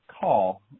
call